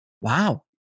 Wow